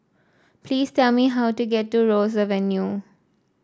please tell me how to get to Ross Avenue